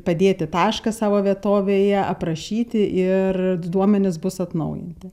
padėti tašką savo vietovėje aprašyti ir duomenys bus atnaujinti